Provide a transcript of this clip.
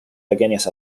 pequeñas